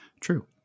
True